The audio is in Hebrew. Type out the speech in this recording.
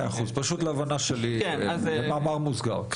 בסדר גמור.